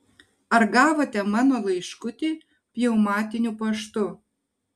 ar gavote mano laiškutį pneumatiniu paštu